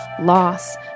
loss